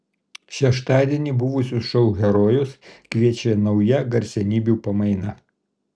šeštadienį buvusius šou herojus keičia nauja garsenybių pamaina